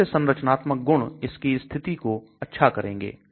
कौन से संरचनात्मक गुण इसकी स्थिरता को अच्छा करेंगे